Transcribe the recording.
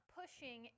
pushing